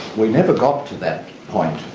we never got to that point